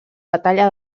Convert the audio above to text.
batalla